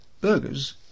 burgers